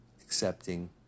accepting